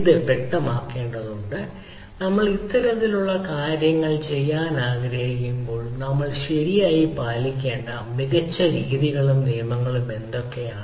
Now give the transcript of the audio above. ഇത് വ്യക്തമാക്കേണ്ടതുണ്ട് നമ്മൾ ഇത്തരത്തിലുള്ള കാര്യങ്ങൾ ചെയ്യാൻ ആഗ്രഹിക്കുമ്പോൾ നമ്മൾ ശരിയായി പാലിക്കേണ്ട മികച്ച രീതികളും നിയമങ്ങളും എന്തൊക്കെയാണ്